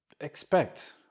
expect